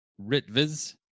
Ritviz